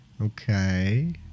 Okay